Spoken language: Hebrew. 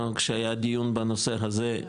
כשהיה דיון בנושא הזה,